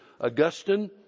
Augustine